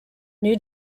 new